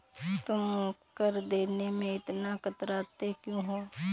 तुम कर देने में इतना कतराते क्यूँ हो?